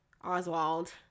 Oswald